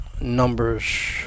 Numbers